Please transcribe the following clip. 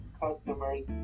customers